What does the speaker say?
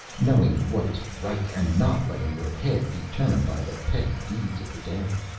knowing what is right and not letting your head be turned by the petty needs of the day.